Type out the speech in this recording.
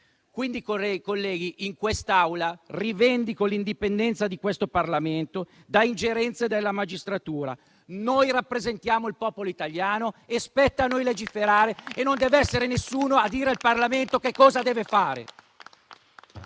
Quindi, colleghi, in quest'Aula rivendico l'indipendenza di questo Parlamento da ingerenze della magistratura. Noi rappresentiamo il popolo italiano e spetta a noi legiferare: non deve essere nessuno a dire al Parlamento cosa deve fare.